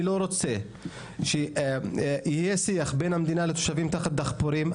אני לא רוצה שיהיה שיח בין המדינה לתושבים תחת דחפורים.